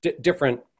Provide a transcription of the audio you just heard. different